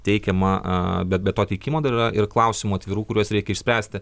teikiama be be to teikimo dar yra ir klausimų atvirų kuriuos reikia išspręsti